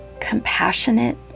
compassionate